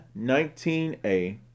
19a